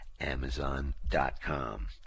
Amazon.com